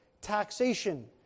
taxation